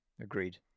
Agreed